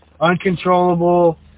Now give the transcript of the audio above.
uncontrollable